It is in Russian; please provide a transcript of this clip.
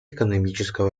экономического